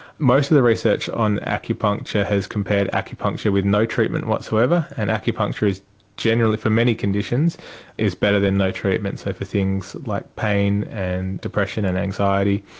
most of the research on acupuncture has compared acupuncture with no treatment whatsoever, and acupuncture generally for many conditions is better than no treatment, so for things like pain and depression and anxiety,